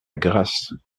grasse